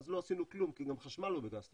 אז לא עשינו כלום כי גם החשמל הוא בגז טבעי,